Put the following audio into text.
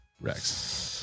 Rex